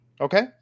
Okay